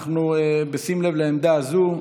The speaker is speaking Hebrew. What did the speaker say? בשים לב לעמדה זו,